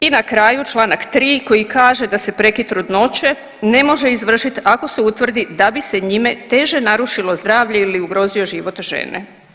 I na kraju čl. 3. koji kaže da se prekid trudnoće ne može izvršit ako se utvrdi da bi se njime teže narušilo zdravlje ili ugrozio život žene.